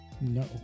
No